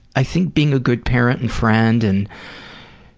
i think being a good parent and friend. and